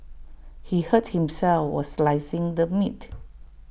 he hurt himself while slicing the meat